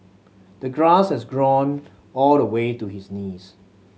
the grass had grown all the way to his knees